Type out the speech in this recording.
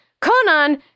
Conan